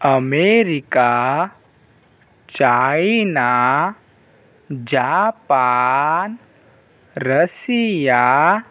America China Japan Russia